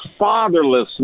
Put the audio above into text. fatherlessness